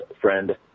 friend